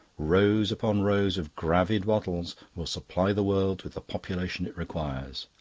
rows upon rows of gravid bottles will supply the world with the population it requires.